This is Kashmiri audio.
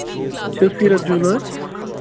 یہِ چھِ حظ سیٖرتھ جیٛوِلٲرٕس